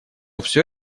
все